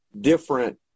different